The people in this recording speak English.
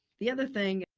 the other thing,